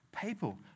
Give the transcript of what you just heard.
people